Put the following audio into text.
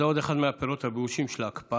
זה עוד אחד מהפירות הבאושים של ההקפאה,